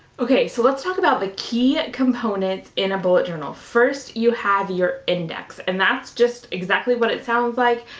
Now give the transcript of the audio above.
okay, so let's talk about the key components in a bullet journal. first, you have your index. and that's just exactly what it sounds like,